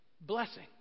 blessing